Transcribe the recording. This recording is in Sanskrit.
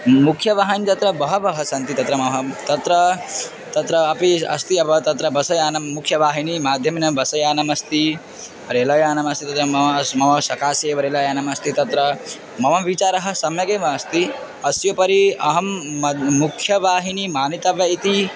मुख्यवाहिन्यः गत्वा बहवः सन्ति तत्र मह्यं तत्र तत्रापि अस्ति अव तत्र बस यानं मुख्यवाहिनी माध्यमेन बस यानमस्ति रेल यानमस्ति तत्र मम मम सकाशे एव रेल यानम् अस्ति तत्र मम विचारः सम्यगेव अस्ति अस्य उपरि अहं मुख्यवाहिनी मानितव्या इति